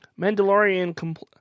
Mandalorian